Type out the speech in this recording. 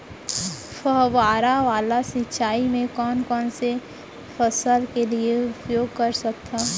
फवारा वाला सिंचाई मैं कोन कोन से फसल के लिए उपयोग कर सकथो?